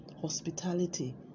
hospitality